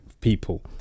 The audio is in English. people